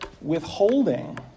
withholding